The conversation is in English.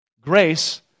Grace